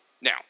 Now